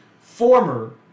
former